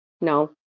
No